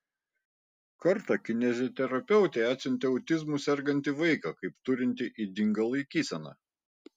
kartą kineziterapeutei atsiuntė autizmu sergantį vaiką kaip turintį ydingą laikyseną